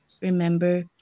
remember